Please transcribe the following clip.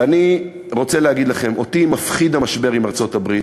ואני רוצה להגיד לכם: אותי מפחיד המשבר עם ארצות-הברית,